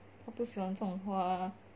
他不喜欢种花